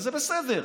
וזה בסדר.